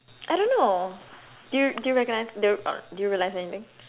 I don't know do you do you recognise do uh do you realize anything